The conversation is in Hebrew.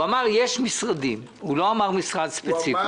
הוא אמר שיש משרדים הוא לא אמר משרד ספציפי,